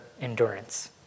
endurance